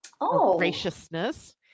graciousness